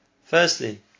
Firstly